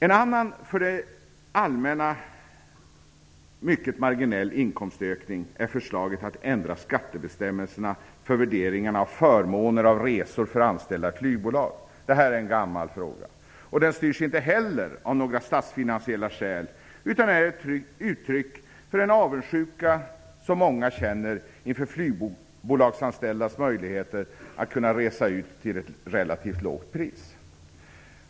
En annan för det allmänna mycket marginell inkomstökning ger förslaget att ändra skattebestämmelserna för värderingen av förmåner av resor för anställda i flygbolag. Detta är en gammal fråga. Den styrs inte heller av några statsfinansiella skäl utan är ett uttryck för en avundsjuka som många känner inför flygbolagsanställdas möjligheter att kunna resa ut till ett relativt lågt pris.